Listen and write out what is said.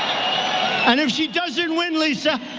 and if she doesn't win, lisa,